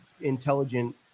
intelligent